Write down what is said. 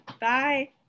Bye